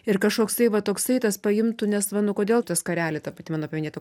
ir kažkoksai va toksai tas paimtų nes va nu kodėl ta skarelė ta pati mano paminėta